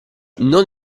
non